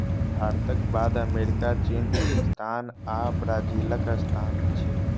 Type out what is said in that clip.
भारतक बाद अमेरिका, चीन, पाकिस्तान आ ब्राजीलक स्थान छै